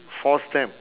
force them